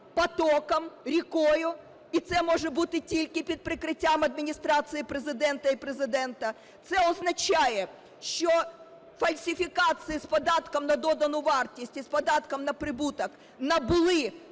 потоком, рікою, і це може бути тільки під прикриттям Адміністрації Президента і Президента. Це означає, що фальсифікації з податком на додану вартість і з податком на прибуток набули